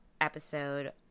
episode